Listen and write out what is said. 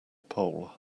pole